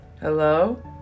Hello